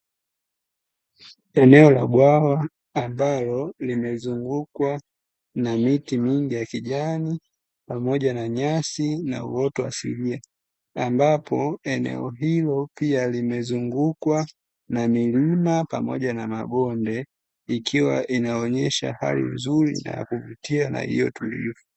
Eneo la bwawa ambalo limezungukwa na miti mingi ya kijani, pamoja na nyasi na uoto wa asilia, ambapo eneo hilo pia limezungukwa na milima pamoja na mabonde, ikiwa inaonyesha hali nzuri, na ya kuvutia na iliyo tulivu.